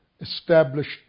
established